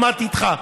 עוד מעט איתך.